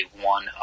one